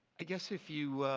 i guess if you